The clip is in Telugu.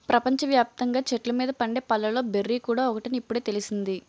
ప్రపంచ వ్యాప్తంగా చెట్ల మీద పండే పళ్ళలో బెర్రీ కూడా ఒకటని ఇప్పుడే తెలిసింది